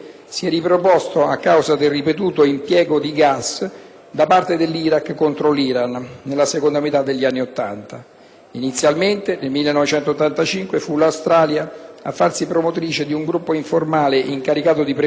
Inizialmente, nel 1985, fu l'Australia a farsi promotrice di un gruppo informale incaricato di prevenire l'esportazione di composti utilizzabili per la realizzazione di armi chimiche.